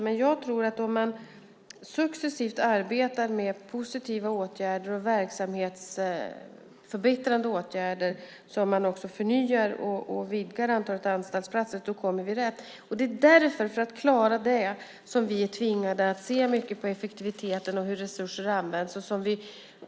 Men jag tror att om man successivt arbetar med positiva åtgärder och verksamhetsförbättrande åtgärder så att man också förnyar och vidgar antalet anstaltsplatser kommer vi rätt. Det är därför, för att klara det, som vi är tvingade att se mycket på effektiviteten och på hur resurser används.